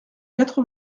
quatre